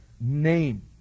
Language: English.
name